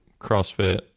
CrossFit